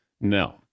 No